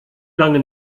lange